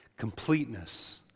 completeness